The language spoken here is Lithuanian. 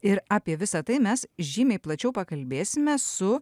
ir apie visa tai mes žymiai plačiau pakalbėsime su